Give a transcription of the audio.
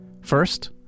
First